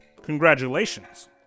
congratulations